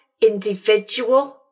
Individual